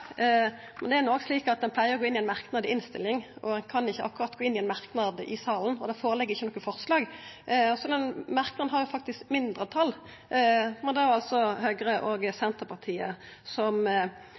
Men det er òg slik at ein pleier å gå inn i ein merknad i innstillinga, ein kan ikkje akkurat gå inn i ein merknad i salen, og det ligg ikkje føre noko forslag. Den merknaden har faktisk mindretal, når Høgre og Senterpartiet, som har ei god vurdering av kva som, etter mitt syn, no må gjerast, og